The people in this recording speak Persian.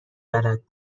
بلد